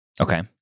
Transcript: Okay